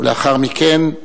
לאחר מכן,